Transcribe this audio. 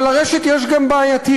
אבל ברשת יש גם בעייתיות.